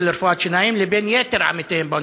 לרפואת שיניים לבין יתר עמיתיהם באוניברסיטה.